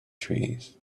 trees